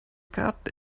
garten